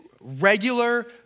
Regular